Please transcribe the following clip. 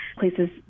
places